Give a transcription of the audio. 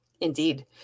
Indeed